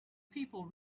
people